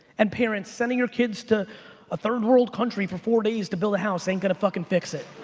and parents, sending your kids to a third world country for four days to build a house ain't gonna fuckin' fix it.